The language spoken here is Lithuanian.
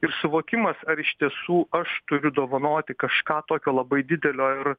ir suvokimas ar iš tiesų aš turiu dovanoti kažką tokio labai didelio ir